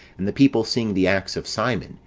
and the people seeing the acts of simon,